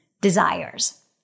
desires